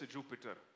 Jupiter